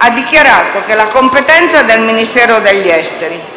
ha dichiarato che la competenza è del Ministro degli affari